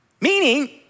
Meaning